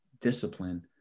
discipline